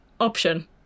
option